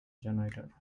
janitor